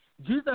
Jesus